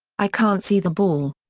i can't see the ball.